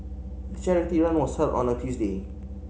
the charity run was held on a Tuesday